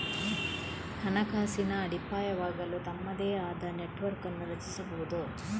ಹಣಕಾಸಿನ ಅಡಿಪಾಯವಾಗಲು ತಮ್ಮದೇ ಆದ ನೆಟ್ವರ್ಕ್ ಅನ್ನು ರಚಿಸಬಹುದು